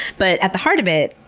but at the heart of it,